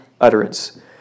utterance